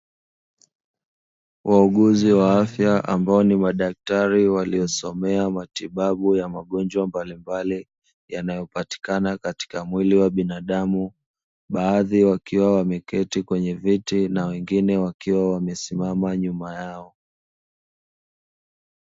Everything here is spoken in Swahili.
Wauguzi wa afya ambao ni madaktari, waliosomea matibabu ya magonjwa mbalimbali yanayopatikana katika mwili wa binadamu. Baadhi wakiwa wameketi kwenye viti na wengine wamesimama nyuma yao.